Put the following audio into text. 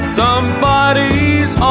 somebody's